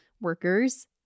workers